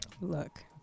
Look